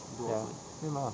ya same ah